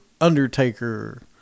undertaker